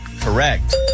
Correct